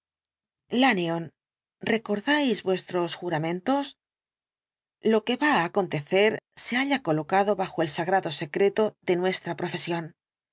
desconocido lanyón recordáis vuestros juramentos lo que va á acontecer se halla colocado bajo el sagrado secreto de nuestra profesión